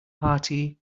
party